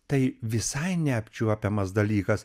tai visai neapčiuopiamas dalykas